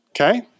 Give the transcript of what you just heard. okay